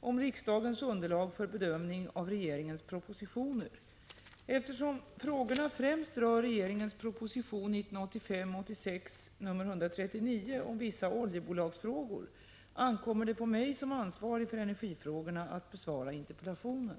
om riksdagens underlag för bedömning av regeringens propositioner. Eftersom frågorna främst rör regeringens proposition 1985/86:139 om vissa oljebolagsfrågor, ankommer det på mig som ansvarig för energifrågorna att besvara interpellationen.